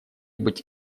быть